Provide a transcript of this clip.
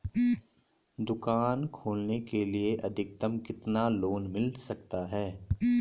दुकान खोलने के लिए अधिकतम कितना लोन मिल सकता है?